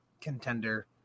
contender